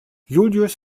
julius